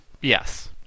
Yes